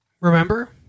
Remember